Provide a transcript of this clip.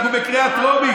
אנחנו בקריאה טרומית.